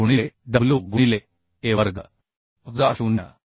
5 गुणिले w गुणिले a वजा 0